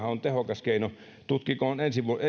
on tehokas keino tutkikoon